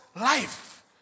life